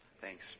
thanks